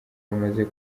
bamaze